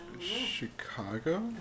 Chicago